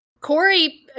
Corey